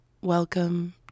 Welcome